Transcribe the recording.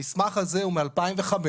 המסמך הזה הוא מ-2005,